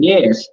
Yes